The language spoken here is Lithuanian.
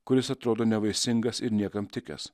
kuris atrodo nevaisingas ir niekam tikęs